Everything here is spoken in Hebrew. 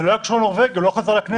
זה לא היה קשור, הוא לא חזר לכנסת.